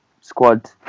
squad